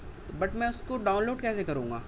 but میں اس کو ڈاؤن لوڈ کیسے کروں گا